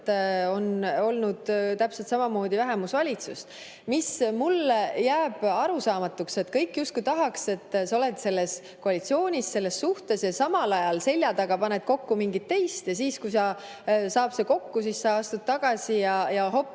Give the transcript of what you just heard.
On olnud täpselt samamoodi vähemusvalitsus. Mulle jääb arusaamatuks see, et kõik justkui tahaks seda, et sa oled selles koalitsioonis, selles suhtes, aga samal ajal selja taga paned kokku mingit teist ja siis, kui see saab kokku, siis sa astud tagasi ja hopp!